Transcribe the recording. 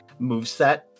moveset